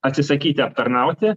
atsisakyti aptarnauti